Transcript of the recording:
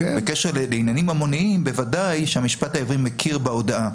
בעניינים ממונים בוודאי שהמשפט העברי מכיר בהודאה.